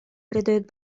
придает